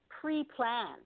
pre-plan